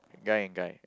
guy and guy